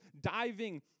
diving